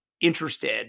interested